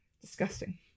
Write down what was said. Disgusting